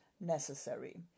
necessary